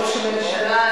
ראש הממשלה,